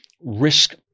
risk